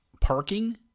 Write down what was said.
parking